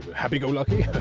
happy-go-lucky,